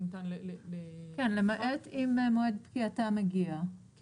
כן למעט אם מועד פקיעתם מגיע,